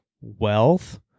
wealth